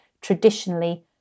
traditionally